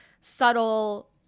subtle